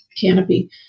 Canopy